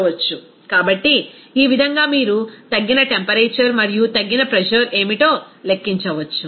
కాబట్టి ఈ విధంగా మీరు తగ్గిన టెంపరేచర్ మరియు తగ్గిన ప్రెజర్ ఏమిటో లెక్కించవచ్చు